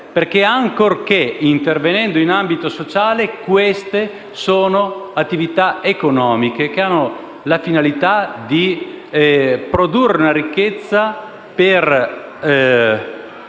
imprese. Ancorché intervengano in ambito sociale, queste sono attività economiche che hanno la finalità di produrre una ricchezza per